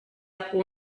upper